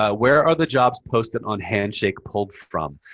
ah where are the jobs posted on handshake pulled from?